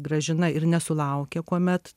gražina ir nesulaukė kuomet